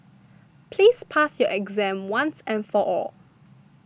please pass your exam once and for all